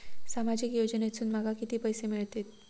सामाजिक योजनेसून माका किती पैशे मिळतीत?